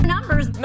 Numbers